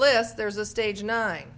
list there's a stage nine